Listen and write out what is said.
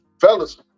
fellas